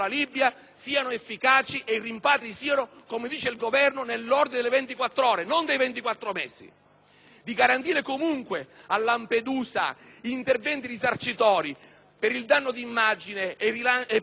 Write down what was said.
di garantire comunque a Lampedusa interventi risarcitori per il danno di immagine e quindi rilanciando il suo turismo, intervenendo in modo incisivo sui servizi primari, primi fra tutti scuola e sanità,